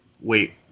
wait